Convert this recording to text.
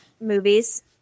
movies